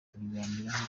tukabiganiraho